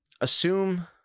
assume